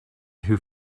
who